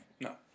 No